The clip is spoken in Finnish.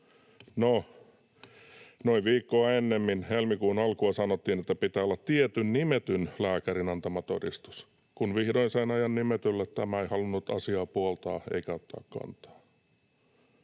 No, noin viikkoa ennen helmikuun alkua sanottiin, että pitää olla tietyn, nimetyn lääkärin antama todistus. Kun vihdoin sain ajan nimetylle, tämä ei halunnut asiaa puoltaa eikä ottaa kantaa.”